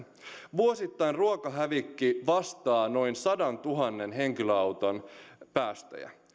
vuosittain ruokahävikki vastaa noin sadantuhannen henkilöauton päästöjä